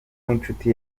w’inshuti